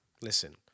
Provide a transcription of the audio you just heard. Listen